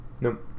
Nope